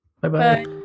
Bye-bye